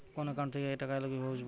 কোন একাউন্ট থেকে টাকা এল কিভাবে বুঝব?